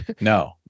No